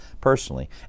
personally